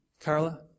Carla